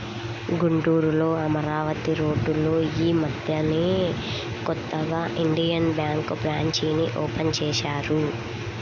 గుంటూరులో అమరావతి రోడ్డులో యీ మద్దెనే కొత్తగా ఇండియన్ బ్యేంకు బ్రాంచీని ఓపెన్ చేశారు